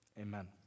amen